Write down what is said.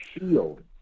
shield